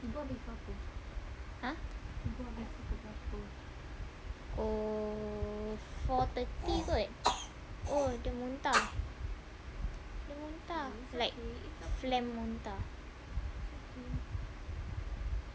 !huh! pukul four thirty kot oh dia muntah dia muntah like phlegm muntah